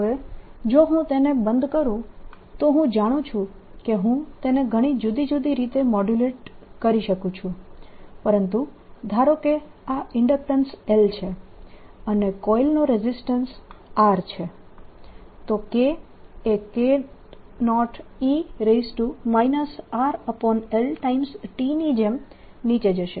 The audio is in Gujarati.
હવે જો હું તેને બંધ કરું તો હું જાણું છું કે હું તેને ઘણી જુદી જુદી રીતે મોડ્યુલેટ કરી શકું છું પરંતુ ધારો કે આ ઇન્ડક્ટન્સ L છે અને કોઇલનો રેઝીસ્ટન્સ R છે તો K એ K0e t ની જેમ નીચે જશે